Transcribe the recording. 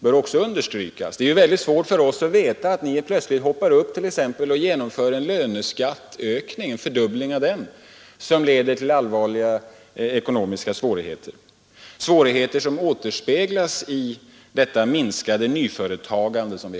Det är t.ex. omöjligt för oss att veta att ni plötsligt skulle hoppa upp och genomföra en löneskattfördubbling, som leder till allvarliga ekonomiska svårigheter och som återspeglas i ett minskat nyföretagande.